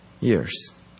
years